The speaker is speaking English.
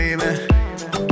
baby